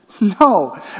No